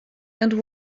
and